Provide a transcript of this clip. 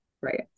right